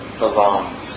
belongs